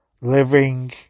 living